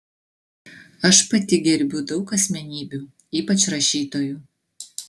aš pati gerbiu daug asmenybių ypač rašytojų